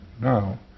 now